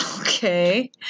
Okay